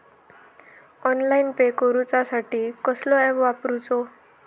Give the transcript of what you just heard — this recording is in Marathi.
ऑनलाइन पे करूचा साठी कसलो ऍप वापरूचो?